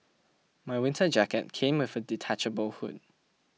my winter jacket came with a detachable hood